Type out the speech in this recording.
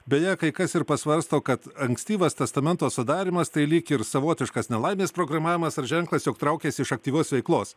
beje kai kas ir pasvarsto kad ankstyvas testamento sudarymas tai lyg ir savotiškas nelaimės programavimas ar ženklas jog traukiasi iš aktyvios veiklos